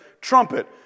trumpet